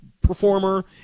performer